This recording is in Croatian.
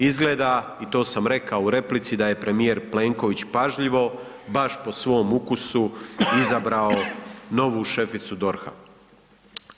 Izgleda i to sam rekao u replici da je premijer Plenković pažljivo, baš po svom ukusu izabrao novu šeficu DORH-a.